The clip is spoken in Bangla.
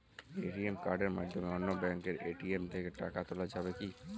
এ.টি.এম কার্ডের মাধ্যমে অন্য ব্যাঙ্কের এ.টি.এম থেকে টাকা তোলা যাবে কি?